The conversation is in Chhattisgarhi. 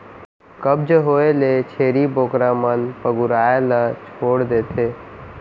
कब्ज होए ले छेरी बोकरा मन पगुराए ल छोड़ देथे